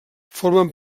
formen